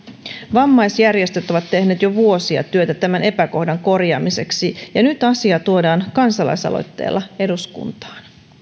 vammaisjärjestöt ovat tehneet jo vuosia työtä tämän epäkohdan korjaamiseksi ja nyt asia tuodaan kansalaisaloitteella eduskuntaan